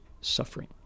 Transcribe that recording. suffering